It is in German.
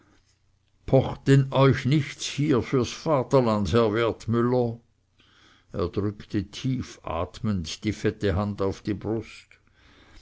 pocht denn euch nichts hier fürs vaterland herr wertmüller er drückte tief atmend die fette hand auf die brust